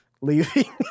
leaving